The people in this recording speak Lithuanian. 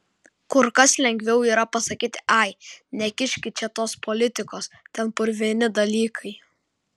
kur kas lengviau yra pasakyti ai nekiškit čia tos politikos ten purvini dalykai